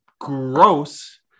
gross